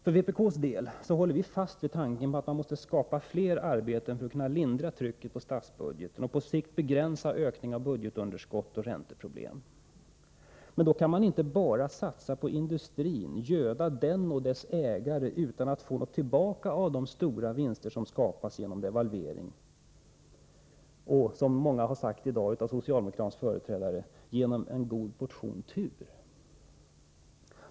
För vpk:s del håller vi fast vid tanken på att man måste skapa fler arbeten för att kunna lindra trycket på statsbudgeten och på sikt begränsa en ökning av budgetunderskott och ränteproblem. Men då kan man inte bara satsa på industrin, göda den och dess ägare utan att få något tillbaka av de stora vinster som skapats genom devalveringen och — som många av socialdemokratins företrädare här i dag sagt — genom en god portion tur.